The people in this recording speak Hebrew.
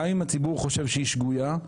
גם אם הציבור חושב שההחלטה שגויה,